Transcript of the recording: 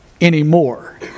anymore